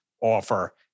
offer